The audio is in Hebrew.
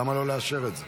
אז למה לא לאשר את זה?